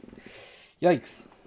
Yikes